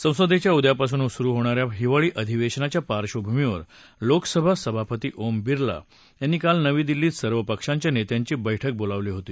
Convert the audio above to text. संसदच्चा उद्यापासून सुरु होणा या हिवाळी अधिवध्धजाच्या पार्श्वभूमीवर लोकसभा सभापती ओम बिरला यांनी काल नवी दिल्लीत सर्व पक्षांच्या नस्त्रांची बैठक बोलावली होती